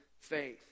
faith